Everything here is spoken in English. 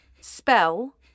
spell